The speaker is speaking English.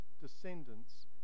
descendants